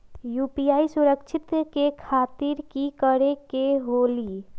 UPI सुरक्षित करे खातिर कि करे के होलि?